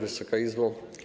Wysoka Izbo!